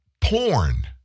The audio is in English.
porn